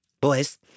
Boys